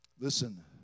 Listen